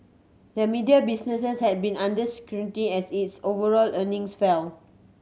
the media businesses has been under scrutiny as its overall earnings fell